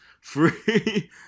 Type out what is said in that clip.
Free